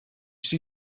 see